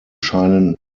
scheinen